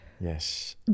Yes